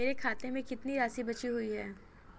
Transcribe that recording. मेरे खाते में कितनी राशि बची हुई है?